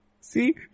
See